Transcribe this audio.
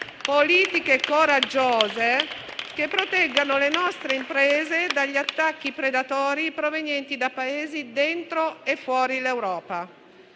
politiche coraggiose che proteggano le nostre imprese dagli attacchi predatori provenienti da Paesi dentro e fuori l'Europa.